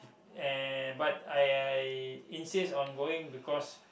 and but I I insist on going because